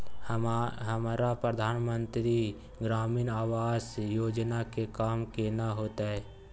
हमरा प्रधानमंत्री ग्रामीण आवास योजना के काम केना होतय?